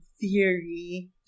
theory